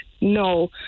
no